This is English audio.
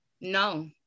No